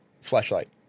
Flashlight